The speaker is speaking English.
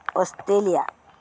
Australia